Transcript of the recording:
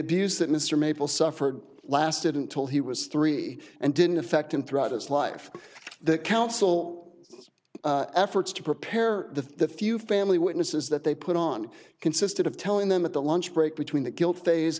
abuse that mr maple suffered lasted until he was three and didn't affect him throughout his life that counsel efforts to prepare the few family witnesses that they put on consisted of telling them that the lunch break between the guilt